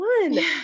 one